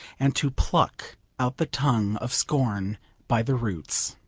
and to pluck out the tongue of scorn by the roots.